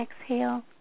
exhale